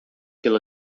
pela